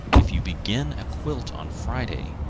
if you begin a quilt on friday,